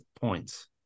points